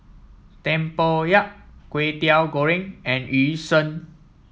Tempoyak Kwetiau Goreng and Yu Sheng